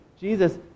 Jesus